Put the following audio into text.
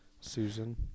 Susan